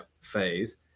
phase